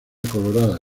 colorada